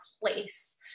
place